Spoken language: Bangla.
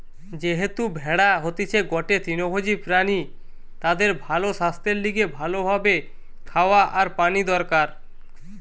যেহেতু ভেড়া হতিছে গটে তৃণভোজী প্রাণী তাদের ভালো সাস্থের লিগে ভালো ভাবে খাওয়া আর পানি দরকার